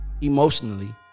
Emotionally